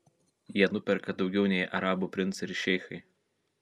jie nuperka daugiau nei arabų princai ir šeichai